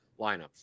lineups